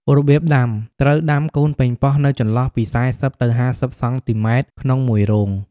របៀបដាំ ត្រូវដាំកូនប៉េងប៉ោះនៅចន្លោះពី ៤០ ទៅ ៥០ សង់ទីម៉ែត្រក្នុងមួយរង។